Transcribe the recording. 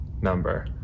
number